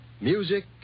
music